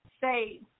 say